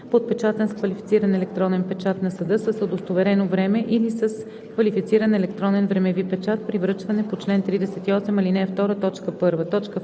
подпечатан с квалифициран електронен печат на съда с удостоверено време или с квалифициран електронен времеви печат – при връчване по чл. 38, ал.